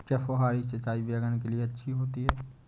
क्या फुहारी सिंचाई बैगन के लिए अच्छी होती है?